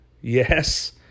Yes